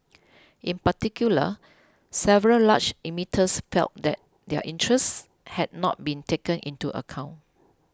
in particular several large emitters felt that their interests had not been taken into account